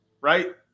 right